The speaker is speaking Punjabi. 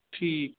ਠੀਕ